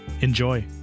Enjoy